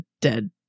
dead